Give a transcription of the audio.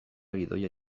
gidoia